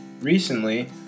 Recently